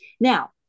Now